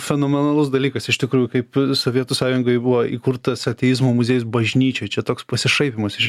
fenomenalus dalykas iš tikrųjų kaip sovietų sąjungoj buvo įkurtas ateizmo muziejus bažnyčioj čia toks pasišaipymas iš